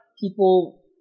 people